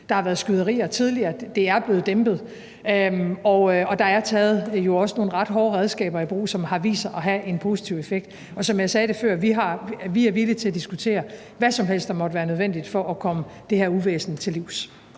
tidligere været skyderier. Det er blevet dæmpet, og der er taget nogle også ret hårde redskaber i brug, som har vist sig at have en positiv effekt. Og som jeg sagde det før: Vi er villige til at diskutere hvad som helst, der måtte være nødvendigt for at komme det her uvæsen til livs.